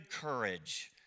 courage